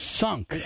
sunk